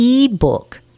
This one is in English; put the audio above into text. ebook